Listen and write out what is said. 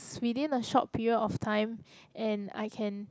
within a short period of time and I can